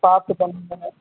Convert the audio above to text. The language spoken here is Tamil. பார்த்து பண்ணுங்கள்